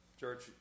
Church